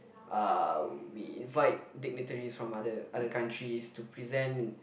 uh we invite dignitaries from other other countries to present